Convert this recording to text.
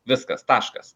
viskas taškas